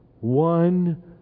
one